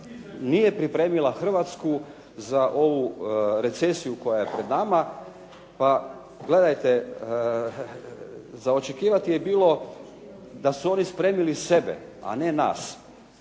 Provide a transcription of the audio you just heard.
nije pripremila Hrvatsku za ovu recesiju koja je pred nama, pa gledajte za očekivati je bilo da su oni spremili sebe, a ne nas.